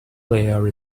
player